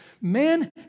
Man